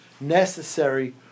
necessary